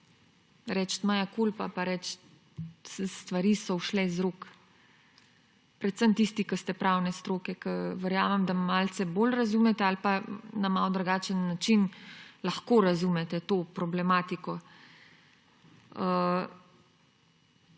reči mea culpa pa reči, stvari so ušle iz rok. Predvsem tisti, ki ste iz pravne stroke, ki verjamem, da malce bolj razumete ali pa na malo drugačen način lahko razumete to problematiko.